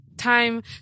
time